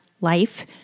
life